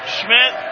Schmidt